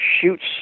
shoots